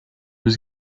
was